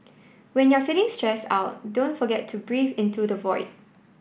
when you are feeling stressed out don't forget to breathe into the void